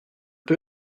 peu